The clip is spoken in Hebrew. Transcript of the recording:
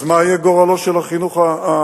אז מה יהיה גורלו של החינוך הציבורי?